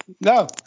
No